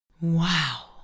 Wow